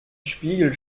spiegel